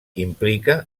implica